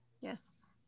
Yes